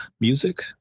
music